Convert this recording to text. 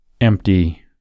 empty